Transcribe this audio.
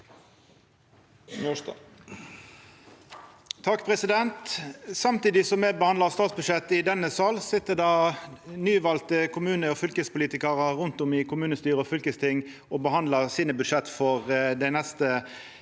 Samtidig som me behandlar statsbudsjettet i denne salen, sit nyvalde kommune- og fylkespolitikarar rundt om i kommunestyre og fylkesting og behandlar budsjetta sine for dei neste